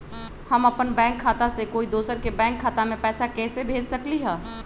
हम अपन बैंक खाता से कोई दोसर के बैंक खाता में पैसा कैसे भेज सकली ह?